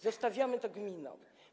Zostawiamy to gminie.